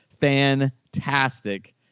fantastic